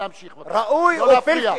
להמשיך בבקשה, לא להפריע.